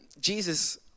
Jesus